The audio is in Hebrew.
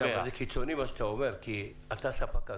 זה קיצוני מה שאתה אומר כי אתה ספק הגז.